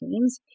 teams